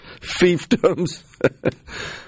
Fiefdoms